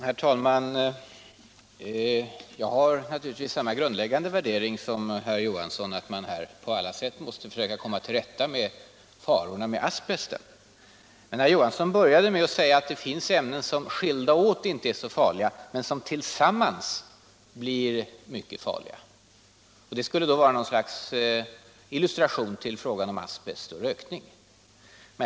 Herr talman! Jag har naturligtvis samma grundläggande värdering som herr Johansson i Hållsta, nämligen att man på alla sätt måste försöka komma till rätta med farorna med asbesten. Men herr Johansson började med att som ett slags illustration till frågan asbest och rökning säga, att det finns ämnen som skilda åt inte är så farliga men som tillsammans blir mycket farliga.